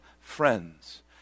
friends